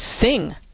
sing